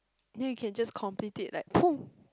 then you can just complete it like